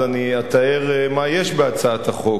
אז אני אתאר מה יש בהצעת החוק,